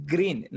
Green